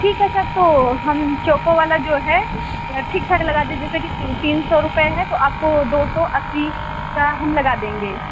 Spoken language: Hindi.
ठीक है सर तो हम चोको वाला जो है ठीक ठाक लगा दिए जैसे कि तीन तीन सौ रुपये है तो आपको दो सौ अस्सी का हम लगा देंगे